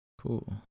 cool